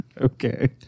Okay